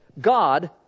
God